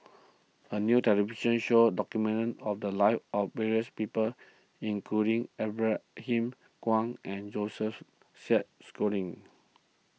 a new television show documented of the lives of various people including Ibrahim Awang and Joseph Isaac Schooling